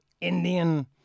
Indian